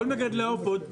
כל מגדלי העופות,